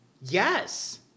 Yes